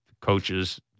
coaches